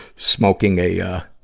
smoking a, ah,